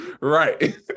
right